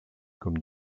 comme